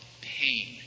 pain